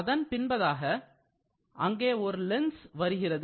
அதன்பின்பதாக அங்கே ஒரு லென்ஸ் வருகிறது